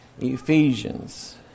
Ephesians